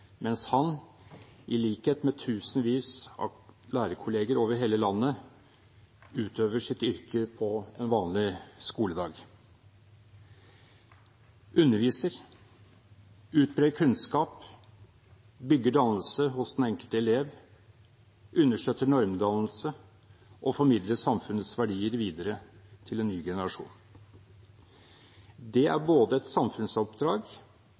mens han, i likhet med tusenvis av lærerkolleger over hele landet, utøver sitt yrke på en vanlig skoledag – underviser, utbrer kunnskap, bygger dannelse hos den enkelte elev, understøtter normdannelse og formidler samfunnets verdier videre til en ny generasjon. Det er både et samfunnsoppdrag